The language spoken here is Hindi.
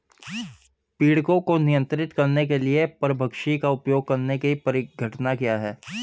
पीड़कों को नियंत्रित करने के लिए परभक्षी का उपयोग करने की परिघटना क्या है?